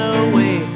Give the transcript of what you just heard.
away